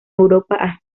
europa